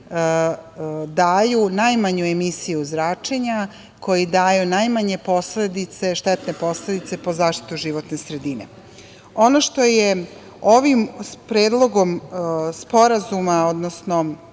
daju najmanju emisiju zračenja, koji daju najmanje štetne posledice po zaštitu životne sredine. Ono što je ovim predlogom sporazuma, odnosno